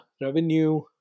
revenue